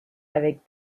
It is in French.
avec